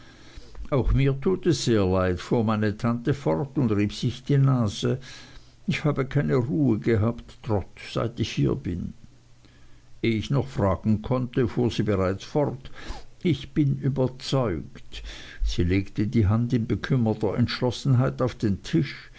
auch mir tut es sehr leid fuhr meine tante fort und rieb sich die nase ich habe keine ruhe gehabt trot seit ich hier bin ehe ich noch fragen konnte fuhr sie bereits fort ich bin überzeugt sie legte die hand in bekümmerter entschlossenheit auf den tisch